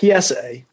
PSA